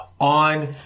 on